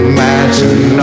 Imagine